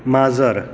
माजर